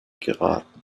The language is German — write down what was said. geraten